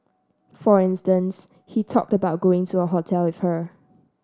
for instance he talked about going to a hotel with her